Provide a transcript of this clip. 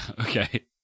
okay